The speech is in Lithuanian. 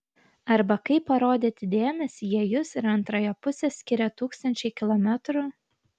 arba kaip parodyti dėmesį jei jus ir antrąją pusę skiria tūkstančiai kilometrų